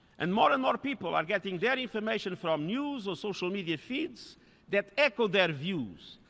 and more and more people are getting their information from news or social media feeds that echo their views,